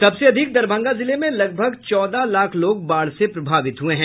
सबसे अधिक दरभंगा जिले में लगभग चौदह लाख लोग बाढ़ से प्रभावित हुए हैं